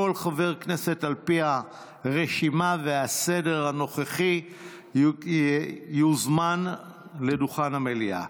כל חבר כנסת על פי הרשימה והסדר הנוכחי יוזמן לדוכן המליאה.